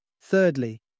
Thirdly